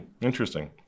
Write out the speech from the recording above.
interesting